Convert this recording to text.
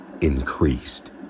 increased